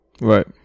Right